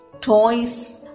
toys